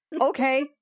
Okay